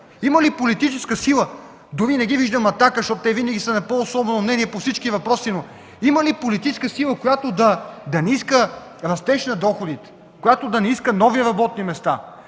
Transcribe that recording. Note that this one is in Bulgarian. Има ли политическа сила, не виждам „Атака”, които винаги са на по-особено мнение по всички въпроси, но има ли политическа сила, която да не иска растеж на доходите, нови работни места?!